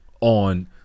on